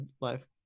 life